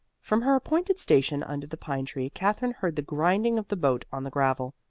from her appointed station under the pine-tree katherine heard the grinding of the boat on the gravel,